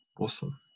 Awesome